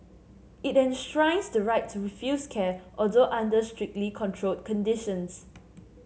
it enshrines the right to refuse care although under strictly controlled conditions